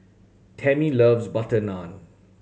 Tammy loves butter naan